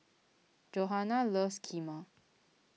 Johana loves Kheema